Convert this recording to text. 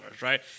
right